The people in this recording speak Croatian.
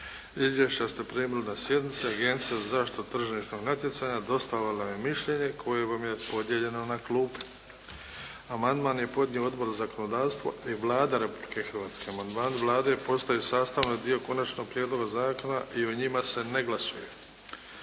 Izvješća ste primili na sjednici. Agencija za zaštitu tržišnog natjecanja dostavila je mišljenje koje vam je podijeljeno na klupe. Amandman je podnio Odbor za zakonodavstvo i Vlada Republike Hrvatske. Amandmani Vlade postaju sastavni dio Konačnog prijedloga zakona i o njima se ne glasuje.